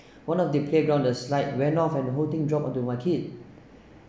one of the playground the slide when off and the the whole thing dropped onto my kid